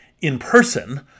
in-person